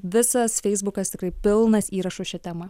visas feisbukas tikrai pilnas įrašų šia tema